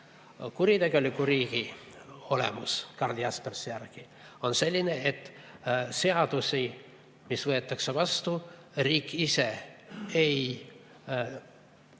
Kuritegeliku riigi olemus Karl Jaspersi järgi on selline, et seadusi, mis võetakse vastu, riik ise ei austa,